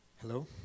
Hello